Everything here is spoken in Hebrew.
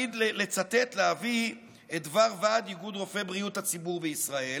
לצטט את דבר ועד איגוד רופאי בריאות הציבור בישראל,